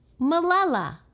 Malala